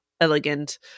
elegant